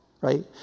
Right